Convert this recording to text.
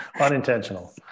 Unintentional